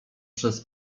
przez